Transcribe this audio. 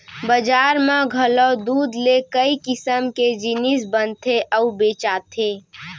बजार म घलौ दूद ले कई किसम के जिनिस बनथे अउ बेचाथे